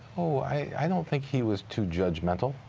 i don't think he was too judgmental.